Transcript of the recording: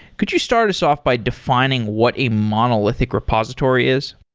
could you start us off by defining what a monolithic repository is?